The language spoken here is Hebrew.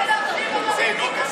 עבריינים שגונבים מהציבור.